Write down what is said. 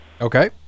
Okay